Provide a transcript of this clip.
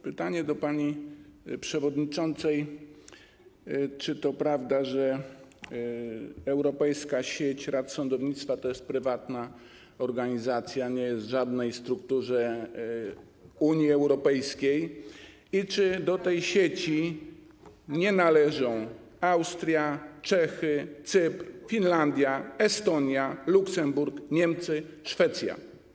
Pytanie do pani przewodniczącej: Czy to prawda, że Europejska Sieć Rad Sądownictwa to jest prywatna organizacja, że nie jest w żadnej strukturze Unii Europejskiej i że do tej sieci nie należą Austria, Czechy, Cypr, Finlandia, Estonia, Luksemburg, Niemcy, Szwecja?